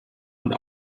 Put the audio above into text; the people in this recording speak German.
und